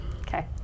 Okay